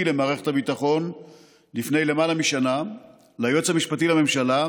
למערכת הביטחון לפני למעלה משנה ליועץ המשפטי לממשלה,